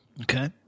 Okay